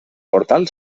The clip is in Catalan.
portal